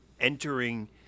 entering